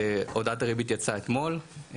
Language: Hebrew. הודעת הריבית יצאה אתמול,